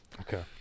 Okay